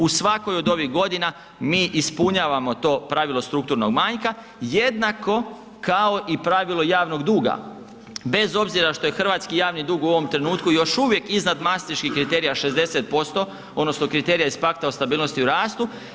U svakoj od ovih godina mi ispunjavamo to pravilo strukturnog manjka jednako kao i pravilo javnog duga bez obzira što je hrvatski javni dug u ovom trenutku još uvijek iznad mastriških kriterija 60% odnosno kriterija iz Pakta o stabilnosti o rastu.